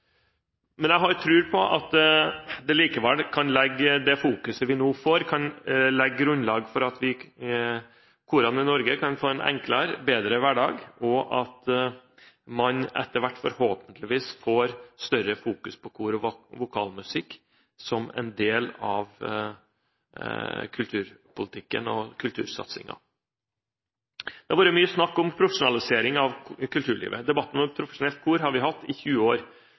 Jeg har likevel tro på at det fokuset vi nå får, kan legge et grunnlag for at korene i Norge kan få en enklere og bedre hverdag, og at man etter hvert forhåpentligvis får større fokus på kor- og vokalmusikk som en del av kulturpolitikken og kultursatsingen. Det har vært mye snakk om profesjonalisering av kulturlivet. Debatten om et profesjonelt kor har vi hatt i 20 år.